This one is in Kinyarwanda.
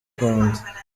rwanda